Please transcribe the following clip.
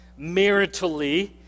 maritally